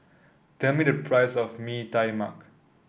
tell me the price of Mee Tai Mak